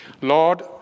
Lord